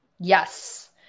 Yes